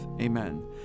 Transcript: Amen